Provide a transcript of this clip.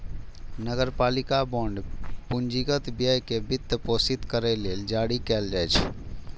नगरपालिका बांड पूंजीगत व्यय कें वित्तपोषित करै लेल जारी कैल जाइ छै